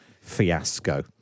fiasco